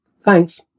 Thanks